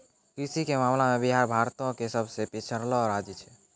कृषि के मामला मे बिहार भारतो के सभ से पिछड़लो राज्य छै